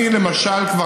אני למשל תקשיב,